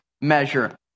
measure